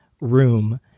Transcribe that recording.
room